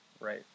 Right